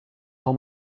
for